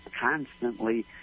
constantly